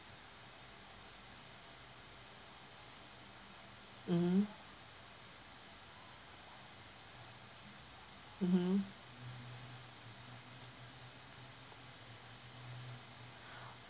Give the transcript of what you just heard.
mmhmm mmhmm